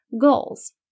goals